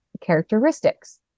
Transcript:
characteristics